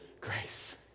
grace